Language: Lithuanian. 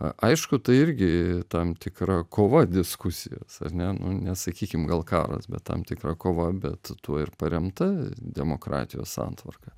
aišku tai irgi tam tikra kova diskusijos ar ne nu nesakykim gal karas bet tam tikra kova bet tuo ir paremta demokratijos santvarka